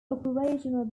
operational